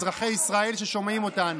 אזרחי ישראל ששומעים אותנו.